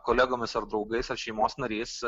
kolegomis ar draugais ar šeimos narys